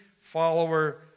follower